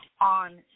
on